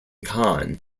khan